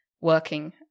working